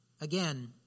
Again